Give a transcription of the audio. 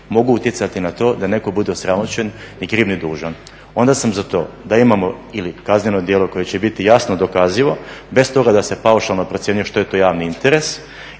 mogu utjecati na to da netko bude osramoćen ni kriv ni dužan. Onda sam za to da imamo ili kazneno djelo koje će biti jasno dokazivo, bez toga da se paušalno procjenjuje što je to javni interes,